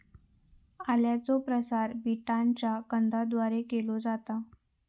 आल्याचो प्रसार बियांच्या कंदाद्वारे केलो जाता